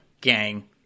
gang